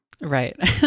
Right